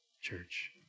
Church